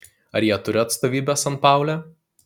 ar jie turi atstovybę sanpaule